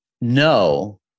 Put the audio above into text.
No